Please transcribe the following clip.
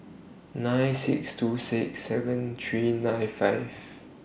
nine six two six seven three nine five